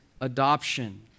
adoption